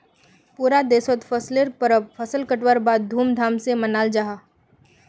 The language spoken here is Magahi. पूरा देशोत फसलेर परब फसल कटवार बाद धूम धाम से मनाल जाहा